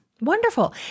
Wonderful